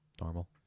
Normal